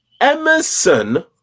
emerson